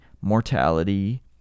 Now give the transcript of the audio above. mortality